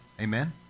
amen